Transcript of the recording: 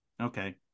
Okay